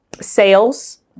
Sales